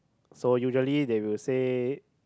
so usually they will say